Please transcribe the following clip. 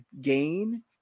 gain